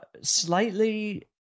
slightly